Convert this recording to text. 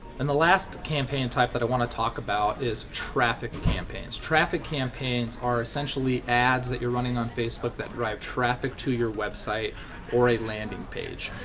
and the last campaign type that i wanna talk about is traffic campaigns. traffic campaigns are essentially ads that you're running on facebook that drive traffic to your website or a landing page.